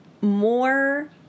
more